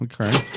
okay